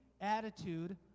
attitude